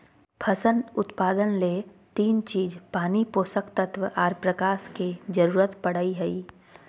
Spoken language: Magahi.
फसल उत्पादन ले तीन चीज पानी, पोषक तत्व आर प्रकाश के जरूरत पड़ई हई